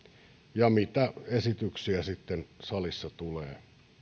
ja mitä esityksiä sitten salissa tulee